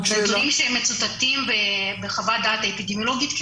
זה כלי שמצטטים בחוות דעת האפידמיולוגית כי